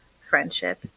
friendship